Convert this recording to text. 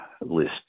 list